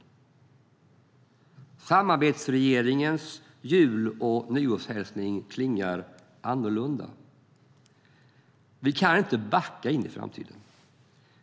Samarbetsregeringens jul och nyårshälsning klingar dock annorlunda. Vi kan inte backa in i framtiden.